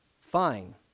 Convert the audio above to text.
Fine